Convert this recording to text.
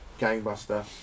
Gangbuster